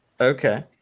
Okay